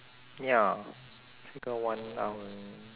ya we got one hour